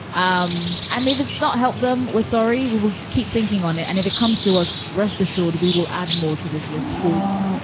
um and if it's not helped them, we're sorry. we will keep thinking on it. and if it comes to us. rest assured, we will add more to this list for you